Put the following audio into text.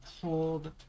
hold